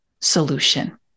solution